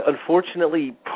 unfortunately